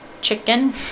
chicken